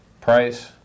price